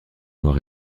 noir